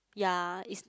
ya is